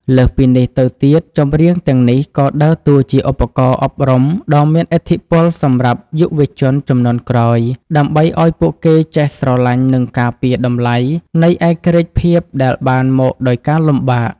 លើសពីនេះទៅទៀត ចម្រៀងទាំងនេះក៏ដើរតួជាឧបករណ៍អប់រំដ៏មានឥទ្ធិពលសម្រាប់យុវជនជំនាន់ក្រោយ ដើម្បីឱ្យពួកគេចេះស្រឡាញ់ និងការពារតម្លៃនៃឯករាជ្យភាពដែលបានមកដោយការលំបាក។